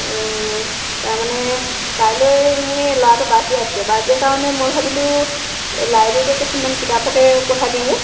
তাৰ মানে কাইলৈ মোৰ এই ল'ৰাটোৰ বাৰ্থডে আছে বাৰ্থডেৰ কাৰণে মই ভাবিলোঁ এই লাইব্ৰেৰীতে কেইখনমান কিতাপকে উপহাৰ দিওঁগৈ